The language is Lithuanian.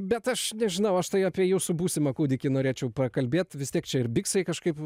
bet aš nežinau aš tai apie jūsų būsimą kūdikį norėčiau pakalbėt vis tiek čia ir biksai kažkaip